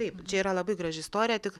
taip čia yra labai graži istorija tik